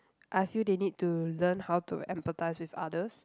I feel they need to learn how to empathize with others